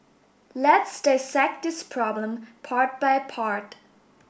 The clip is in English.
let's dissect this problem part by part